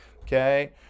okay